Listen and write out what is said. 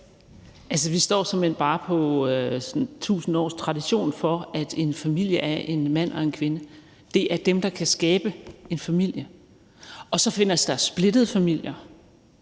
(DF): Vi står såmænd bare på tusind års tradition for, at en familie er en mand og en kvinde. Det er dem, der kan skabe en familie. Og så findes der splittede familier,